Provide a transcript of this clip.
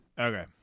Okay